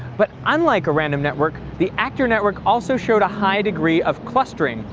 but unlike a random network, the actor network also showed a high degree of clustering,